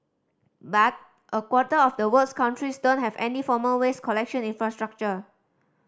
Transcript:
but a quarter of the world's countries don't have any formal waste collection infrastructure